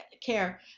care